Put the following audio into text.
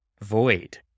void